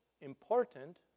important